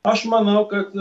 aš manau kad